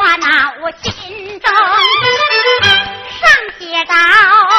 花那我心中上街道。